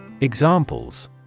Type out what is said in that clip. Examples